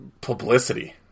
publicity